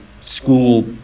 school